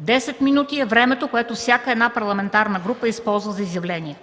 10 минути е времето, което всяка една парламентарна група използва за изявление.